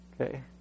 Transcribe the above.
okay